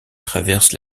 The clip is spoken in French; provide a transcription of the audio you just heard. traverse